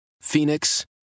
Phoenix